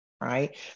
right